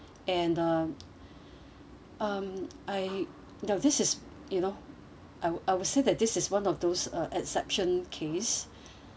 and um um I uh this is you know I would I would say that this is one of those uh exception case